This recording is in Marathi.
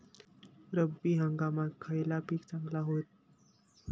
रब्बी हंगामाक खयला पीक चांगला होईत?